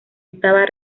estaba